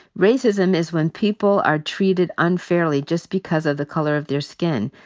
racism is when people are treated unfairly just because of the color of their skin.